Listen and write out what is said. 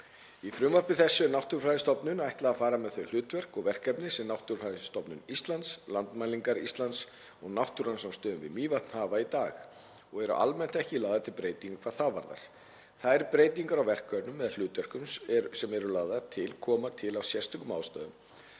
Í frumvarpi þessu er Náttúrufræðistofnun ætlað að fara með þau hlutverk og verkefni sem Náttúrufræðistofnun Íslands, Landmælingar Íslands og Náttúrurannsóknarstöðin við Mývatn hafa í dag og eru almennt ekki lagðar til breytingar hvað það varðar. Þær breytingar á verkefnum eða hlutverkum sem eru lagðar til koma til af sérstökum ástæðum,